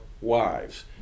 wives